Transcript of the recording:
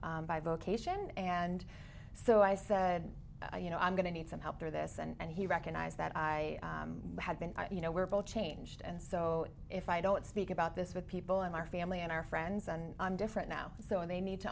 by vocation and so i said you know i'm going to need some help through this and he recognized that i had been you know we're both changed and so if i don't speak about this with people in our family and our friends and i'm different now so they need to